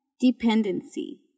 dependency